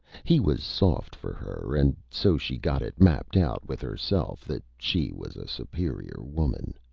he was soft for her, and so she got it mapped out with herself that she was a superior woman.